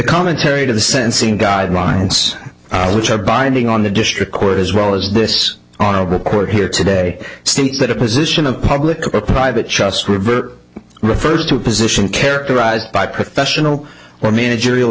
commentary to the sentencing guidelines which are binding on the district court as well as this honorable court here today state that a position of public or private just revert refers to a position characterized by professional or managerial